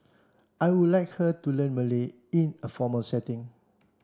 I would like her to learn Malay in a formal setting